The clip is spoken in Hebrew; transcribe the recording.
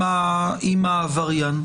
העבריין.